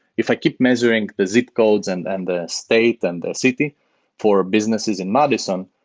if i keep measuring the zip codes and and the state and the city for businesses in madison,